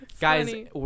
Guys